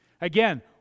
Again